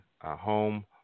home